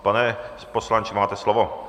Pane poslanče, máte slovo.